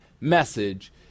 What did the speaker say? message